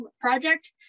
project